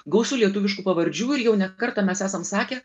gausu lietuviškų pavardžių ir jau ne kartą mes esam sakę